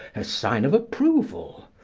her sign of approval.